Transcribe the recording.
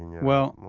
well,